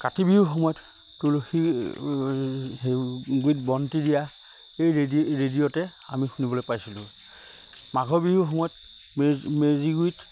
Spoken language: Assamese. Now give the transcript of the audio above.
কাতি বিহুৰ সময়ত তুলসীৰ হেৰি গুৰিত বন্তি দিয়া এই ৰেডি ৰেডিঅ'তে আমি শুনিবলৈ পাইছিলোঁ মাঘৰ বিহুৰ সময়ত মেজি মেজিৰ গুৰিত